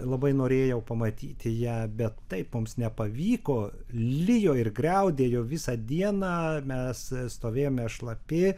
labai norėjau pamatyti ją bet taip mums nepavyko lijo ir griaudėjo visą dieną mes stovėjome šlapi